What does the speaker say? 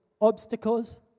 obstacles